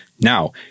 Now